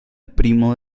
primo